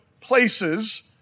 places